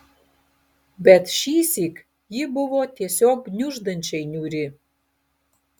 bet šįsyk ji buvo tiesiog gniuždančiai niūri